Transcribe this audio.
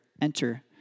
enter